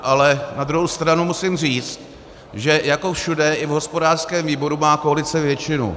Ale na druhou stranu musím říct, že jako všude, i v hospodářském výboru má koalice většinu.